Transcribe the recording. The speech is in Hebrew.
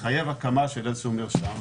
מחייב הקמה של איזה שהוא מרשם,